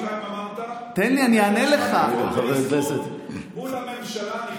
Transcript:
--- תקשיב --- מול הממשלה הנכנסת.